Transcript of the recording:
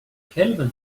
kelvin